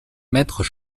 maîtres